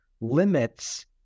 limits